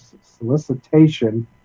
solicitation